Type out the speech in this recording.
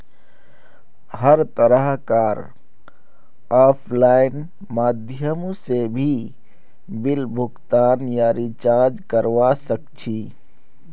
हर तरह कार आफलाइन माध्यमों से भी बिल भुगतान या रीचार्ज करवा सक्छी